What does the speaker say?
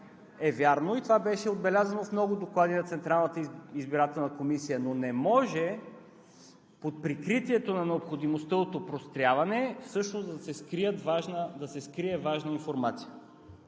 е вярно, и това беше отбелязано в много доклади на Централната избирателна комисия, но не може под прикритието на необходимостта от опростяване да се скрие важна информация.